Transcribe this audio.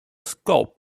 scope